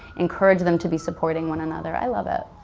encourage them to be supporting one another. i love it.